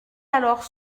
alors